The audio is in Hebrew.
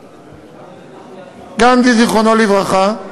גנדי, זיכרונו לברכה,